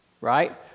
right